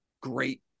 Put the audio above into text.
great